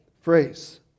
phrase